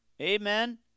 Amen